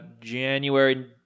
January